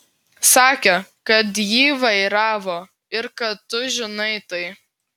sakė kad jį vairavo ir kad tu žinai tai